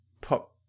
pop